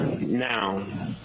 Now